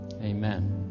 Amen